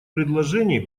предложений